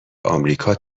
آمریکا